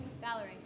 Valerie